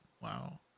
Wow